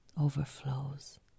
overflows